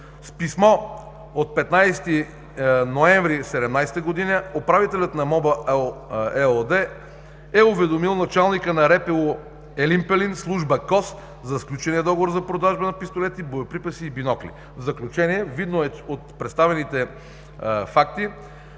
С писмо от 15 ноември 2017 г. управителят на „МОБА“ ЕООД е уведомил началника на РПУ – Елин Пелин, служба КОС, за сключения договор за продажба на пистолети, боеприпаси и бинокли. В заключение, видно е от представените факти,